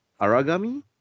aragami